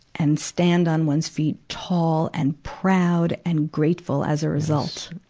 and stand on one's feet tall and proud and grateful as a result.